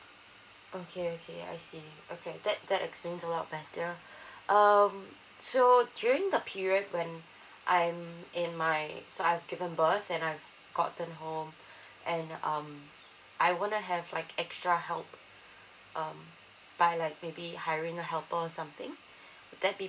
okay okay I see okay that that explains a lot better um so during the period when I'm in my so I've given birth then I've gotten home and um I want to have like extra help um by like maybe hiring a helper or something would that be